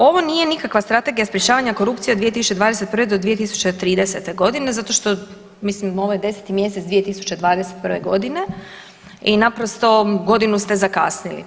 Ovo nije nikakva Strategija sprječavanja korupcije od 2021.-2030. godine zato što mislim ovo je 10. mjesec 2021. godine i naprosto godinu ste zakasnili.